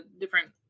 different